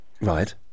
Right